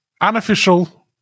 unofficial